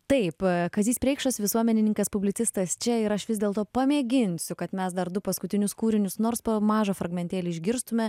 taip kazys preikšas visuomenininkas publicistas čia ir aš vis dėlto pamėginsiu kad mes dar du paskutinius kūrinius nors po mažą fragmentėlį išgirstume